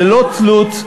ללא תלות,